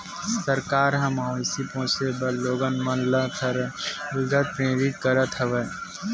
सरकार ह मवेशी पोसे बर लोगन मन ल सरलग प्रेरित करत हवय